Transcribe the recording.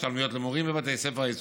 השתלמויות למורים בבתי הספר היסודיים,